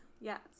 Yes